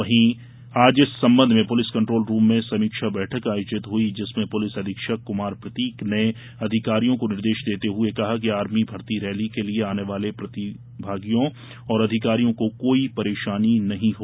वहीं आज इस संबंध मे पुलिस कंटोल रूम मे समीक्षा बैठक आयोजित हुई जिस में पुलिस अधीक्षक कुमार प्रतीक ने अधिकारियो को निर्देश देते हुए कहा कि आर्मी भर्ती रैली के लिए आने वाले प्रतिभागियों एवं अधिकारियो को कोई परेशानी नही हो